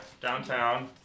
downtown